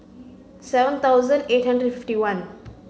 seven thousand eight hundred and fifty one